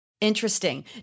Interesting